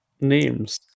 names